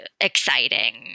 exciting